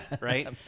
right